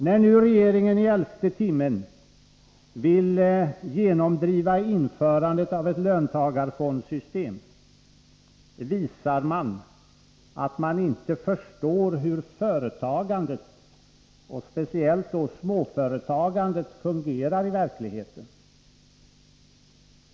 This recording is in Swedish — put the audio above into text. När nu regeringen i elfte timmen vill genomdriva införandet av ett löntagarfondssystem visar man att man inte förstår hur företagandet — och speciellt då småföretagandet — fungerar i verkligheten.